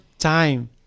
time